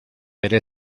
pero